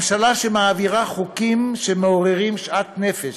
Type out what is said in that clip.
ממשלה שמעבירה חוקים שמעוררים שאט נפש,